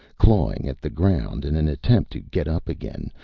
clawing at the ground in an attempt to get up again,